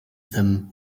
them